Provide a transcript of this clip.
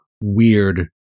weird